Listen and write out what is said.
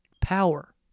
Power